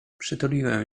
przytuliłem